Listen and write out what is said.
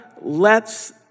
lets